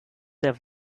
der